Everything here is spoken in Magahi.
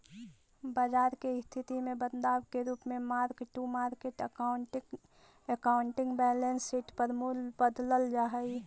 बाजार के स्थिति में बदलाव के रूप में mark to market accounting balance sheet पर मूल्य बदलल जा हई